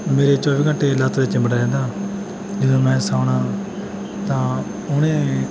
ਮੇਰੇ ਚੌਵੀ ਘੰਟੇ ਲੱਤ 'ਤੇ ਚਿੰਬੜਿਆ ਰਹਿੰਦਾ ਜਦੋਂ ਮੈਂ ਸੌਣਾ ਤਾਂ ਉਹਨੇ